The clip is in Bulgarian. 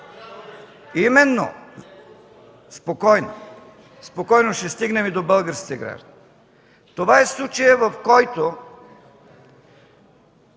Именно. Спокойно. Спокойно, ще стигнем и до българските граждани. Това е случаят, в който